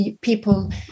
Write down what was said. people